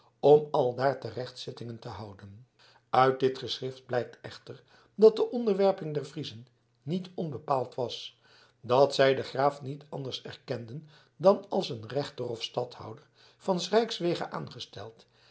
om aldaar terechtzittingen te houden uit dit geschrift blijkt echter dat de onderwerping der friezen niet onbepaald was dat zij den graaf niet anders erkenden dan als een rechter of stadhouder van s rijks wege aangesteld